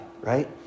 right